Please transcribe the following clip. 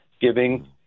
Giving